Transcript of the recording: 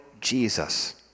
Jesus